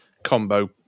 combo